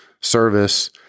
service